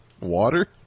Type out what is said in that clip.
Water